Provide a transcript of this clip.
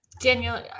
Daniel